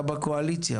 אתה בקואליציה,